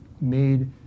made